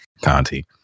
Conti